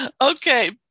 Okay